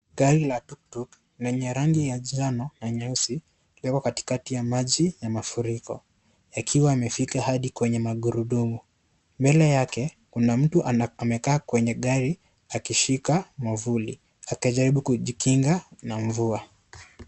Gari la tuktuk lenye rangi ya njano na nyeusi ipo katikati ya maji ya mafuriko imefika hadi kwenye magurudumu, mbele yake kuna mtu ameketi kwenye gari akishika mavuli akijaribu kujikinga na mvua.